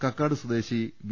കക്കാട് സ്വദേശി വി